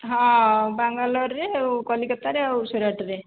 ହଁ ବାଙ୍ଗାଲୋର ରେ ଆଉ କଲିକତା ରେ ଆଉ ସୁରଟ ରେ